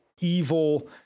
evil